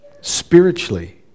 spiritually